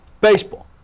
Baseball